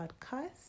podcast